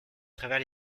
travers